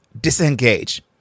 disengage